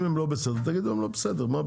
אם הם לא בסדר תגידו שהם לא בסדר, מה הבעיה?